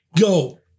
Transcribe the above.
Go